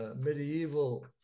medieval